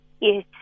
yes